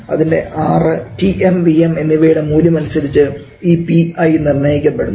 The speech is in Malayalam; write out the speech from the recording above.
അതിൻറെ R Tm Vm എന്നിവയുടെ മൂല്യം അനുസരിച്ച് ഈ Pi നിർണ്ണയിക്കപ്പെടുന്നു